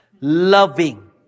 Loving